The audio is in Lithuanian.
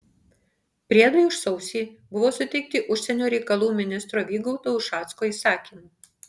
priedai už sausį buvo suteikti užsienio reikalų ministro vygaudo ušacko įsakymu